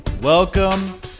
welcome